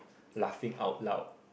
laughing out loud